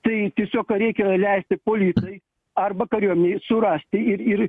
tai tiesiog reikia leisti policijai arba kariuomenei surasti ir ir